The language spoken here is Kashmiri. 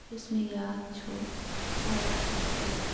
یُس مےٚ یاد چھُ واریاہ خوٗبصوٗرَت